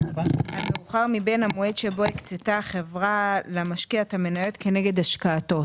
המאוחר מבין המועד שבו הקצתה החברה למשקיע את המניות כנגד השקעתו,